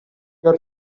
your